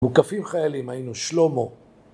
מוקפים חיילים. היינו שלמה...